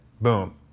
Boom